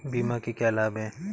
बीमा के क्या लाभ हैं?